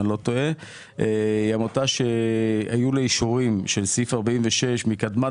זאת עמותה שהיו לה אישורים של סעיף 46 מקדמת